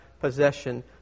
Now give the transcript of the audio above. possession